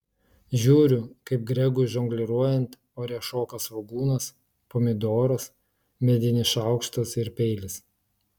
žiūriu kaip gregui žongliruojant ore šoka svogūnas pomidoras medinis šaukštas ir peilis